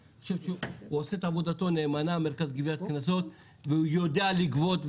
אני חושב שהמרכז לגביית קנסות עושה את עבודתו נאמנה והוא יודע לגבות,